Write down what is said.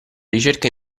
ricerca